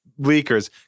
leakers